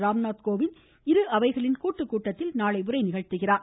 ராம்நாத் கோவிந்த் இருஅவைகளின் கூட்டுக் கூட்டத்தில் உரை நிகழ்த்துகிறார்